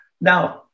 Now